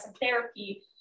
therapy